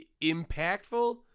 impactful